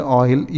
oil